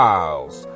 Miles